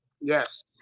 Yes